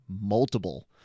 multiple